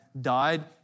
died